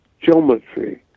geometry